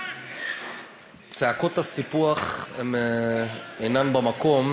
צעקות הסיפוח אינן במקום,